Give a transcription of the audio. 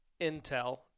Intel